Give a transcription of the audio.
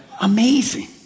Amazing